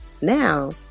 Now